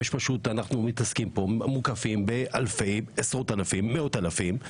אנחנו מוקפים בעשרות אלפים ומאות אלפים מטורפים.